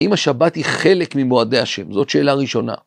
אם השבת היא חלק ממועדי השם? זאת שאלה ראשונה.